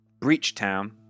Breachtown